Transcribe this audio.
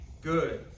good